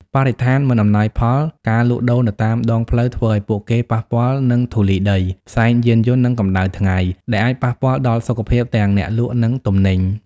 បរិស្ថានមិនអំណោយផល ការលក់ដូរនៅតាមដងផ្លូវធ្វើឱ្យពួកគេប៉ះពាល់នឹងធូលីដី ផ្សែងយានយន្ត និងកម្ដៅថ្ងៃ ដែលអាចប៉ះពាល់ដល់សុខភាពទាំងអ្នកលក់ និងទំនិញ ។